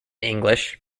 english